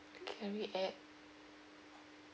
carry at